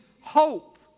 hope